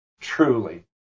truly